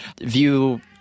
view